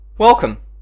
Welcome